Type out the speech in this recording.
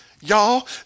y'all